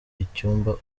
icyumba